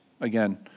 again